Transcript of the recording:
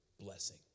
Blessing